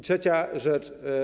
Trzecia rzecz.